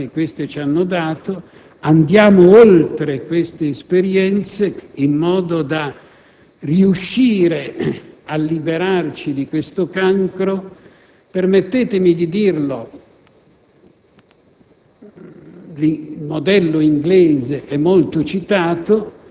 Impariamo dalle esperienze, capitalizziamo la parte positiva che queste ci hanno dato e andiamo oltre, in modo da riuscire a liberarci di questo cancro (permettetemi di dirlo,